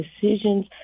decisions